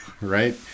Right